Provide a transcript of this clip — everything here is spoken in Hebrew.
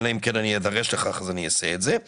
היא הודיעה שהיא מתכוונת לדחות את השומות שהציגה החברה.